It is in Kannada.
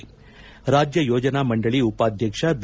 ಎ ರಾಜ್ಯ ಯೋಜನಾ ಮಂಡಳಿ ಉಪಾಧ್ಯಕ್ಷ ಬಿ